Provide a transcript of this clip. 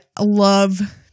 love